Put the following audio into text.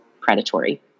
predatory